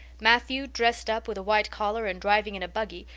matthew, dressed up with a white collar and driving in a buggy,